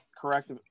correct